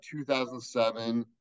2007